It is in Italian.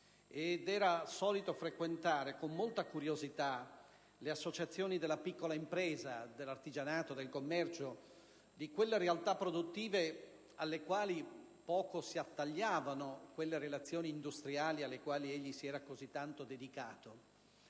era solito frequentare con molta curiosità le associazioni della piccola impresa, dell'artigianato, del commercio, di quelle realtà produttive alle quali poco si attagliavano le relazioni industriali alle quali egli si era così tanto dedicato.